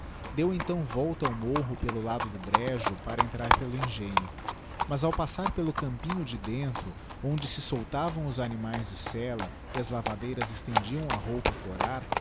deu então volta ao morro pelo lado do brejo para entrar pelo engenho mas ao passar pelo campinho de dentro onde se soltavam os animaes de sella e as lavadeiras estendiam a roupa a corar